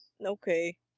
Okay